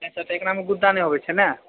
अच्छा तऽ एकरामे गुद्दा नहि होबे छै नहि